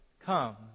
come